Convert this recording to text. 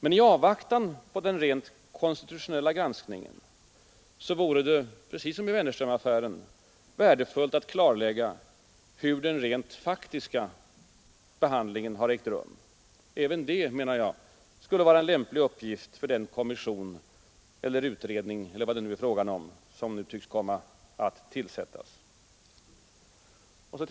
Men i avvaktan på den rent konstitutionella granskningen vore det — precis som i Wennerströmaffären — värdefullt att klarlägga hur den rent faktiska behandlingen skett. Även det, menar jag, skulle vara en lämplig uppgift för den kommission, utredning eller vad det nu är fråga om som tycks komma att tillsättas. Herr talman!